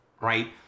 right